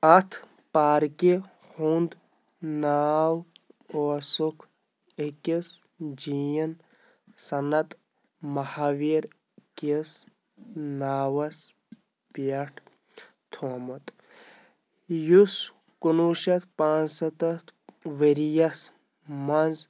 اَتھ پارکہِ ہُنٛد ناو اوسُکھ أکِس جیٖن صنت مہاویر کِس ناوَس پٮ۪ٹھ تھومُت یُس کُنوُہ شٮ۪تھ پانٛژ سَتتھ ؤرۍ یَس منٛز